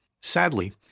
Sadly